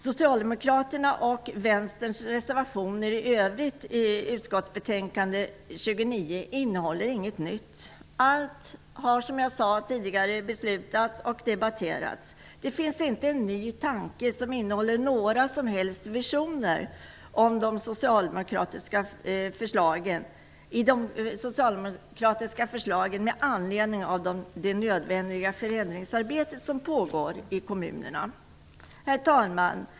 Socialdemokraternas och Vänsterns reservationer i övrigt i utskottsbetänkande 29 innehåller inget nytt. Allt har, som jag sade tidigare, beslutats och debatterats. Det finns inga nya tankar och inga som helst visioner i de socialdemokratiska förslagen med anledning av det nödvändiga förändringsarbete som pågår i kommunerna. Herr talman!